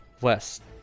West